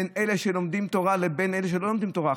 בין אלה שלומדים תורה לבין אלה שלא לומדים תורה.